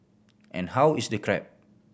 and how is the crab